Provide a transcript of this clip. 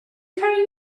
carrying